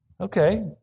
okay